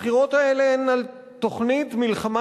הבחירות האלה הן על תוכנית מלחמה